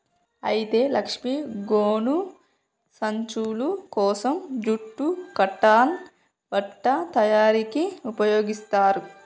అయితే లక్ష్మీ గోను సంచులు కోసం జూట్ కాటన్ బట్ట తయారీకి ఉపయోగిస్తారు